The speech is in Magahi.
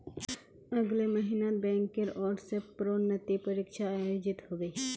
अगले महिनात बैंकेर ओर स प्रोन्नति परीक्षा आयोजित ह बे